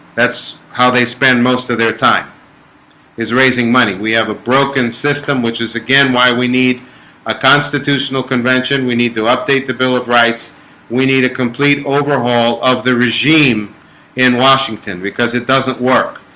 that's how they spend most of their time is raising money we have a broken system, which is again. why we need a constitutional convention we need to update the bill of rights we need a complete overhaul of the regime in washington because it doesn't work.